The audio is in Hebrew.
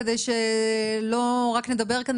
כדי שלא רק נדבר כאן,